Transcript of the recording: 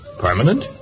Permanent